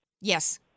Yes